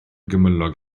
gymylog